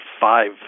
five